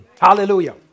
Hallelujah